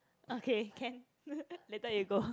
okay can later you go